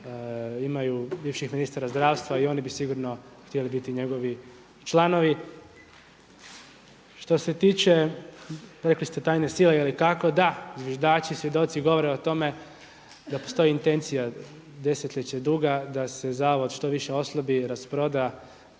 Imaju bivših ministara zdravstva i oni bi sigurno htjeli biti njegovi članovi. Što se tiče, rekli ste tajne sile ili tako, da, zviždači, svjedoci govore o tome da postoji intencija, desetljeća duga da se zavod što više oslabi, rasproda